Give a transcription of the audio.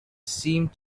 seemed